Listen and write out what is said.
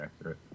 accurate